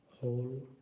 whole